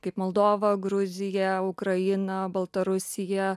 kaip moldova gruzija ukraina baltarusija